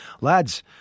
Lads